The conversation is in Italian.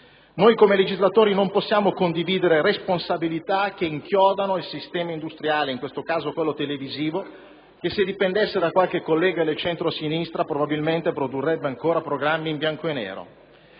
Noi come legislatori non possiamo condividere responsabilità che inchiodano il sistema industriale, in questo caso televisivo che, se dipendesse da qualche collega del centrosinistra, probabilmente produrrebbe ancora programmi in bianco e nero.